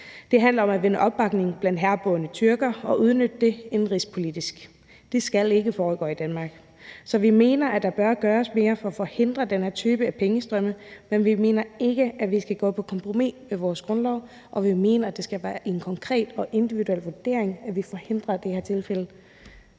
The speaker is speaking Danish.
Det handler om at vinde opbakning blandt herboende tyrkere og udnytte det indenrigspolitisk. Det skal ikke foregå i Danmark. Så vi mener, at der bør gøres mere for at forhindre den her type af pengestrømme, men vi mener ikke, at vi skal gå på kompromis med vores grundlov, og vi mener, at det skal være en konkret og individuel vurdering, hvis vi i det tilfælde